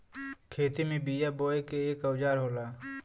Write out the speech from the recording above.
खेती में बिया बोये के एक औजार होला